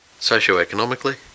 socioeconomically